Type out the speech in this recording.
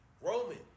Roman